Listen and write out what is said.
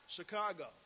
Chicago